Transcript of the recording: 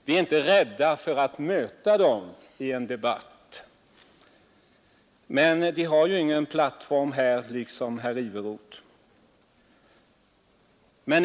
Vi är inte rädda för att möta dem i en debatt, men i likhet med herr Iveroth har de ingen plattform här.